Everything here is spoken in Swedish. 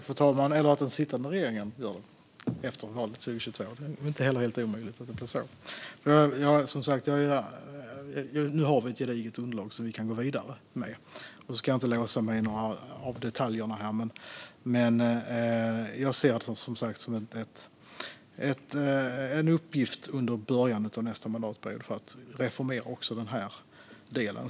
Fru talman! Det kan också bli den sittande regeringen som gör det efter valet 2022. Det är inte helt omöjligt att det blir så. Nu har vi som sagt ett gediget underlag som vi kan gå vidare med. Jag ska inte låsa mig vid några av detaljerna, men jag ser som sagt detta som en uppgift i början av nästa mandatperiod för att reformera också den här delen.